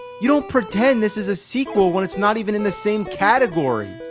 you don't pretend this is a sequel when it's not even in the same category!